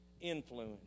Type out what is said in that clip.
influence